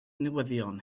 newyddion